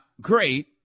great